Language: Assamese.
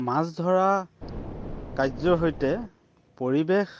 মাছ ধৰা কাৰ্যৰ সৈতে পৰিৱেশ